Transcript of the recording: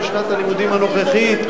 בשנת הלימודים הנוכחית.